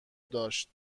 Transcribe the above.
داشت